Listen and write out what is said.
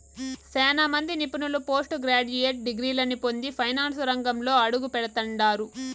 సేనా మంది నిపుణులు పోస్టు గ్రాడ్యుయేట్ డిగ్రీలని పొంది ఫైనాన్సు రంగంలో అడుగుపెడతండారు